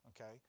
Okay